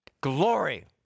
Glory